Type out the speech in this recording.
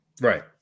Right